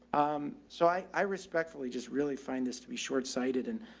um, so i i respectfully just really find this to be shortsighted and,